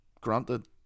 Granted